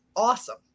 awesome